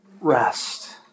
rest